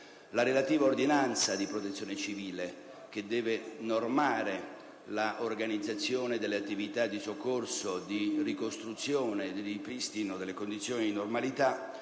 La relativa ordinanza di protezione civile, che deve normare l'organizzazione delle attività di soccorso, di ricostruzione e di ripristino delle condizioni di normalità,